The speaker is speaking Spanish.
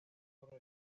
sobre